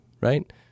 right